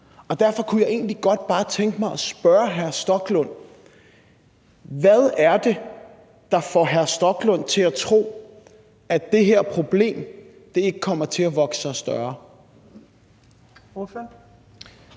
Derfor kunne jeg egentlig godt bare tænke mig at spørge hr. Stoklund: Hvad er det, der får hr. Stoklund til at tro, at det her problem ikke kommer til at vokse sig større?